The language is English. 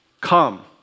Come